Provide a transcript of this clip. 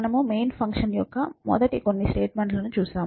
మనము main function యొక్క మొదటి కొన్ని స్టేట్మెంట్ లను చూస్తాము